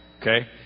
Okay